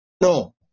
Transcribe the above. No